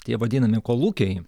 tie vadinami kolūkiai